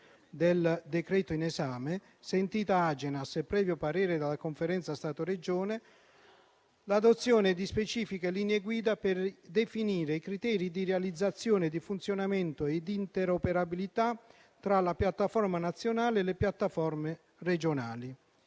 del decreto in esame, sentita l'Agenas e previo parere della Conferenza Stato-Regioni, l'adozione di specifiche linee guida per definire i criteri di realizzazione, di funzionamento e di interoperabilità tra la piattaforma nazionale e le piattaforme regionali.